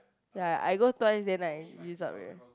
ya I go twice then I used up already